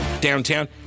downtown